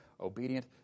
obedient